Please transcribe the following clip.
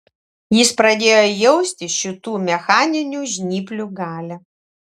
jis pradėjo jausti šitų mechaninių žnyplių galią